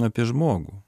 apie žmogų